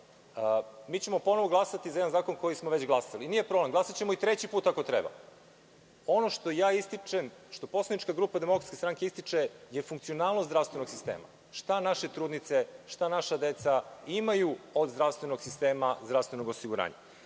Mi ćemo ponovo glasati za jedan zakon koji smo već glasali. Nije problem, glasaćemo i treći put ako treba. Ono što ističem, što poslanička grupa DS ističe jeste funkcionalnost zdravstvenog sistema. Šta naše trudnice, šta naša deca imaju od zdravstvenog sistema, zdravstvenog osiguranja?